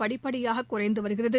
படிப்படியாக குறைந்து வருகிறது